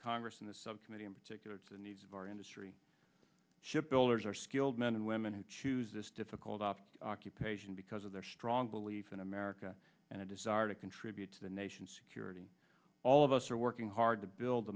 congress and the subcommittee in particular to the needs of our industry shipbuilders are skilled men and women who choose this difficult off occupation because of their strong belief in america and a desire to contribute to the nation security all of us are working hard to build the